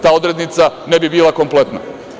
Ta odrednica ne bi bila kompletna.